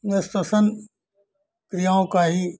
में श्वासन क्रियाओं का ही